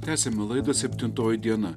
tęsiame laidą septintoji diena